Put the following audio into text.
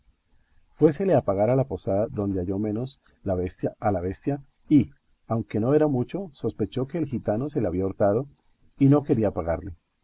fuésele a pagar a la posada donde halló menos la bestia a la bestia y aunque lo era mucho sospechó que el gitano se le había hurtado y no quería pagarle